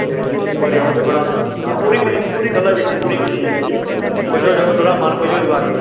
ਅਤੇ ਜੇ ਤੁਸੀਂ ਇੱਕ ਵਾਰੀ ਆਉਂਗੇ ਬੜਾ ਹਾਂ ਪੂਰੀ ਖੁੱਲ੍ਹੀ ਪੂਰੀ ਪੂਰੀ ਖੁੱਲ੍ਹੀ ਜਗ੍ਹਾ ਜੀ ਖੁਸ਼ ਹੋ ਜਾਵੋਂਗੇ ਤੁਹਾਡਾ ਮਨ ਖੁਸ਼ ਹੋਜੂ ਆ ਕੇ